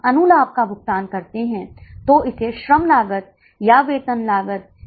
यदि आपको याद है कि अर्ध परिवर्तनीय लागत चरणबद्ध स्वभाव की होती है